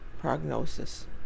prognosis